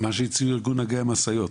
מה שהציע ארגון נהגי המשאיות,